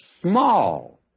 small